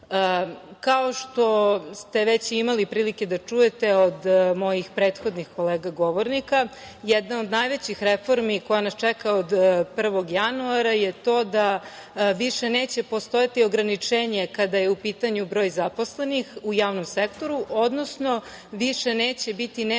što ste već imali prilike da čujete od mojih prethodnih kolega govornika, jedna od najvećih reformi koja nas čeka od 1. januara je to da više neće postojati ograničenje kada je u pitanju broj zaposlenih u javnom sektoru, odnosno više neće biti neophodna